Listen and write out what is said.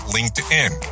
LinkedIn